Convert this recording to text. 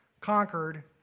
conquered